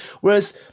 whereas